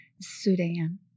Sudan